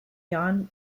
jan